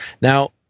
Now